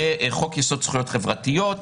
בחוק יסוד: זכויות חברתיות,